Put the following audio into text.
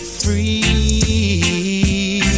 free